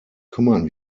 kümmern